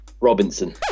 Robinson